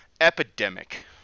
Epidemic